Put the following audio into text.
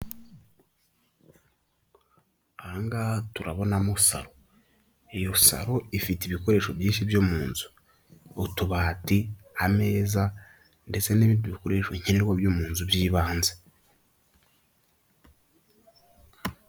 Ahangaha turabonamo saro; iyo saro ifite ibikoresho byinshi byo mu nzu; utubati, ameza ndetse n'ibindi bikoresho nkenerwa byo mu nzu by'ibanze.